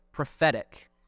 prophetic